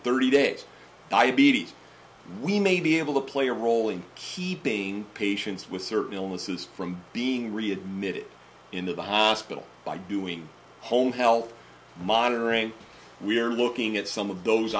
thirty days diabetes we may be able to play a role in keeping patients with certain illnesses from being readmitted into the hospital by doing home health monitoring we're looking at some of those